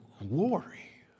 Glory